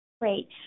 Great